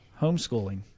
homeschooling